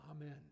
Amen